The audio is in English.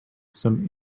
some